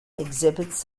exhibits